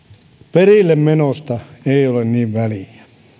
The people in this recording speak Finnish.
perillemenosta ei ole niin väliä